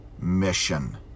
mission